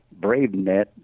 BraveNet